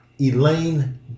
Elaine